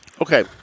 Okay